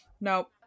No